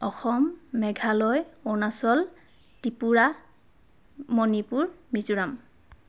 Assam Meghalaya Arunachal Tripura Manipur Mizoram